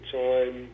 time